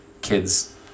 kids